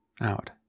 out